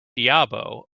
diabo